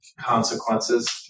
consequences